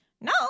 no